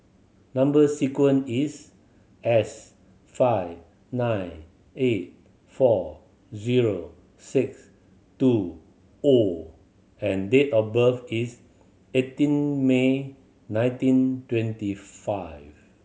number sequence is S five nine eight four zero six two O and date of birth is eighteen May nineteen twenty five